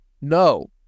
no